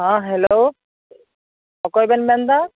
ᱦᱟᱸ ᱦᱮᱞᱳ ᱚᱠᱚᱭᱵᱮᱱ ᱢᱮᱱ ᱮᱫᱟ ᱚ